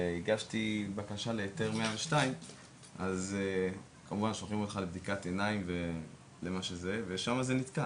והגשתי בקשה להיתר 102. אז כמובן ששולחים לבדיקת עיניים ושם זה נתקע.